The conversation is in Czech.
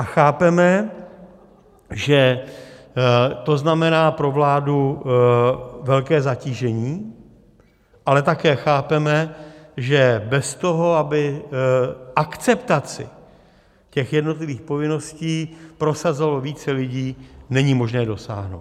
Chápeme, že to znamená pro vládu velké zatížení, ale také chápeme, že bez toho, aby akceptaci jednotlivých povinností prosazovalo více lidí, není možné dosáhnout.